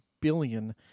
billion